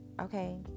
okay